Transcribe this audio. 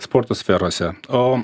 sporto sferose o